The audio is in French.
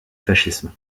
fascisme